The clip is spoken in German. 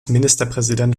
ministerpräsident